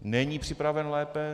Není připraven lépe.